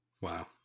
wow